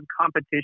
competition